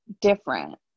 different